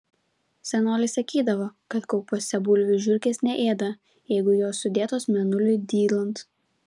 senoliai sakydavo kad kaupuose bulvių žiurkės neėda jeigu jos sudėtos mėnuliui dylant